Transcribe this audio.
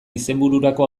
izenbururako